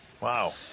Wow